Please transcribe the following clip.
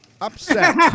Upset